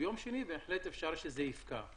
ביום שני בהחלט אפשר שזה יפקע.